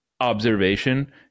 observation